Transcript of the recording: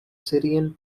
syrian